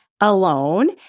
alone